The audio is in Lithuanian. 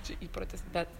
čia įprotis bet